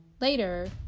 Later